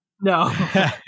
No